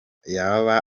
yaba